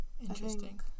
Interesting